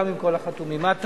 גם עם כל החתומים מטה.